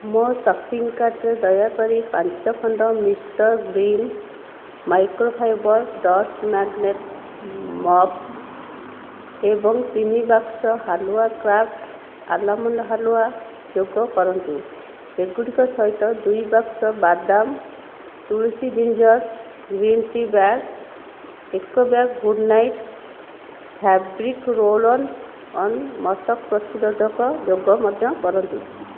ମୋ shopping card ରେ ଦୟାକରି ପାଞ୍ଚ ଖଣ୍ଡ mister clean microfibre dust magnet mop ଏବଂ ତିନି ବାକ୍ସ ହଳୁଆ କ୍ରାପ୍ଟ ଆଲ୍ମଣ୍ଡ ହାଲୁଆ ଯୋଗ କରନ୍ତୁ ଏଗୁଡ଼ିକ ସହିତ ଦୁଇ ବାକ୍ସ ବାଦାମ ତୁଳସୀ ଜିଞ୍ଜର୍ ଗ୍ରୀନ୍ ଟି ବ୍ୟାଗ୍ ଏକ bag good night fabric roll on ମଶା ପ୍ରତିରୋଧକ ଯୋଗ ମଧ୍ୟ କରନ୍ତୁ